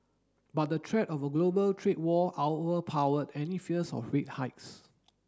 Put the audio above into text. but the threat of a global trade war overpowered any fears of rate hikes